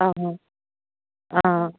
অ' অ'